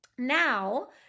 Now